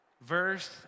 Verse